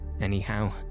Anyhow